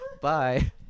Bye